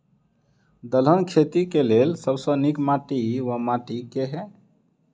दलहन खेती केँ लेल सब सऽ नीक माटि वा माटि केँ?